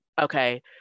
Okay